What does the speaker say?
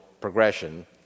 progression